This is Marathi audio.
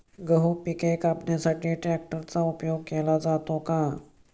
गहू पिके कापण्यासाठी ट्रॅक्टरचा उपयोग केला जातो का?